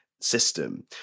system